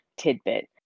tidbit